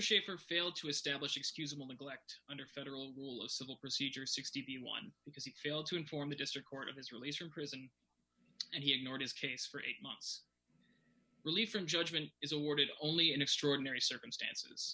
schieffer failed to establish excusable neglect under federal rule of civil procedure sixty one because he failed to inform the district court of his release from prison and he ignored his case for eight months relief from judgment is awarded only in extraordinary circumstances